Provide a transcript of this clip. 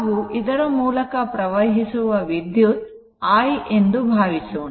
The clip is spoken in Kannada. ಹಾಗೂ ಇದರ ಮೂಲಕ ಪ್ರವಹಿಸುವ ವಿದ್ಯುತ್ i ಎಂದು ಭಾವಿಸೋಣ